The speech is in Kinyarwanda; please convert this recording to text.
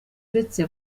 uretse